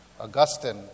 Augustine